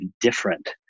different